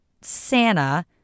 Santa